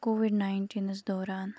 Covid ناینٹیٖنس دوران